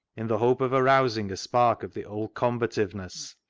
in the hope of arousing a spark of the old combativeness,